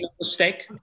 mistake